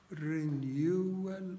renewal